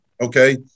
Okay